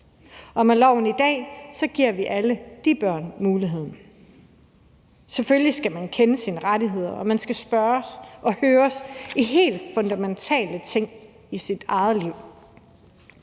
og med denne lov giver vi alle de børn muligheden. Selvfølgelig skal man kende sine rettigheder, og man skal spørges og høres i helt fundamentale ting i sit eget liv.